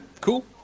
Cool